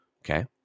Okay